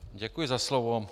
Děkuji za slovo.